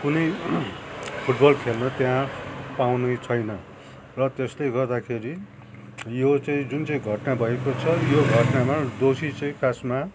कुनै फुटबल खेल्न त्यहाँ पाउने छैन र त्यसले गर्दाखेरि यो चाहिँ जुन चाहिँ घटना भएको छ यो घटनामा दोषी चाहिँ खासमा